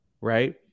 Right